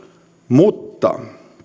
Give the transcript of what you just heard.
mutta kun